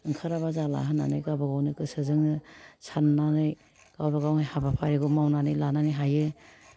ओंखाराबा जाला होननानै गावबा गावनि गोसोजोंनो साननानै गावबा गावनि हाबाफारिखौ मावनानै लानानै हायो